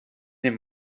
den